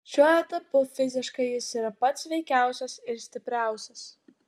šiuo etapu fiziškai jis yra pats sveikiausias ir stipriausias